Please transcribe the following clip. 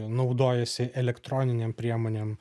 naudojasi elektroninėm priemonėm